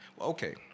Okay